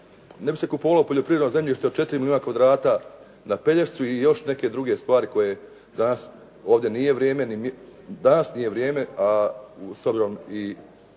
ne bi kupovalo poljoprivredno zemljište od 4 milijuna kvadrata na Pelješcu i još neke druge stvari koje danas ovdje nije vrijeme, a s obzirom i